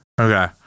Okay